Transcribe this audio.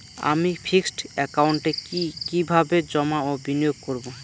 আমি ফিক্সড একাউন্টে কি কিভাবে জমা ও বিনিয়োগ করব?